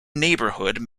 neighbourhood